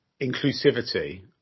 inclusivity